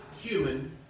human